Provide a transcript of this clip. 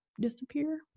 disappear